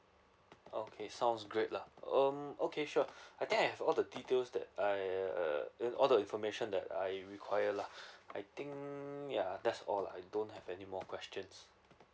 okay sounds great lah um okay sure I think I have all the details that I uh all the information that I required lah I think ya that's all lah I don't have any more questions